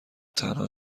تنها